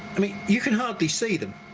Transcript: i mean you can hardly see them